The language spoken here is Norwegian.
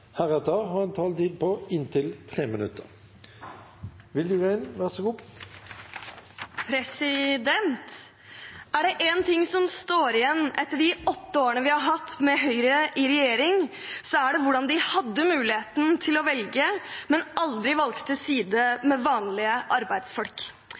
ordet, har en taletid på inntil 3 minutter. Er det én ting som står igjen etter de åtte årene vi har hatt med Høyre i regjering, er det hvordan de hadde muligheten til å velge, men aldri